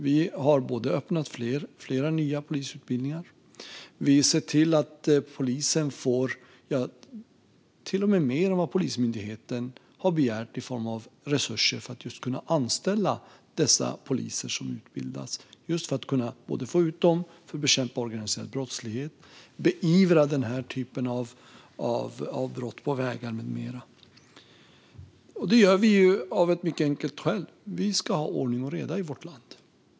Vi har öppnat flera nya polisutbildningar, och vi ser till att polisen till och med får mer än vad Polismyndigheten har begärt i form av resurser för att kunna anställa dessa poliser som nu utbildas. Det handlar både om att kunna få ut dem för att bekämpa organiserad brottslighet och om att beivra den här typen av brott på vägar med mera. Detta gör vi av ett mycket enkelt skäl: Vi ska ha ordning och reda i vårt land.